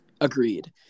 Agreed